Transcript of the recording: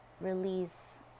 release